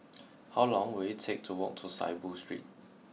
how long will it take to walk to Saiboo Street